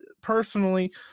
Personally